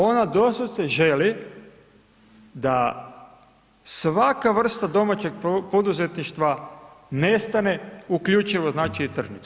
Ona doslovce želi da svaka vrsta domaćeg poduzetništva nestane uključivo znači i tržnice.